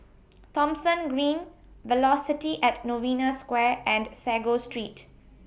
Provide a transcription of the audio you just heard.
Thomson Green Velocity At Novena Square and Sago Street